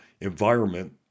environment